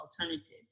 alternative